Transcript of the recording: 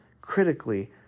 critically